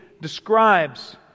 describes